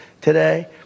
today